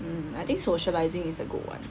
um I think socializing is a good one